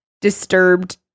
disturbed